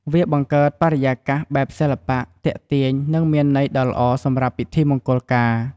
វាបង្កើតបរិយាកាសបែបសិល្បៈ ទាក់ទាញ និងមានន័យដ៌ល្អសម្រាប់ពិធីមង្គលការ។